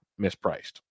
mispriced